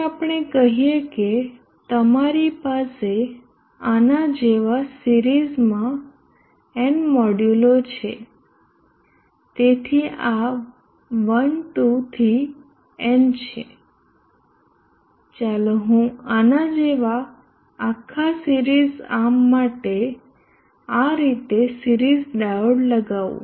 હવે આપણે કહીએ કે તમારી પાસે આના જેવા સિરીઝમાં n મોડ્યુલો છે તેથી આ 1 2 થી n છે ચાલો હું આના જેવા આખા સિરીઝ આર્મ માટે આ રીતે સિરીઝ ડાયોડ લગાવું